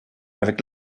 avec